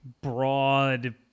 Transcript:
broad